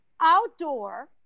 outdoor